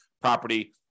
property